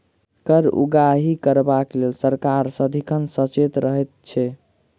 कर उगाही करबाक लेल सरकार सदिखन सचेत रहैत छै